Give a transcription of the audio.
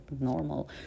normal